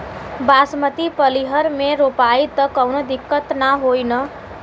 बासमती पलिहर में रोपाई त कवनो दिक्कत ना होई न?